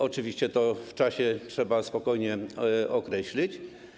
Oczywiście to w czasie trzeba spokojnie określić.